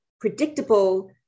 predictable